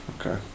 Okay